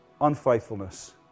unfaithfulness